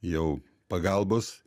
jau pagalbos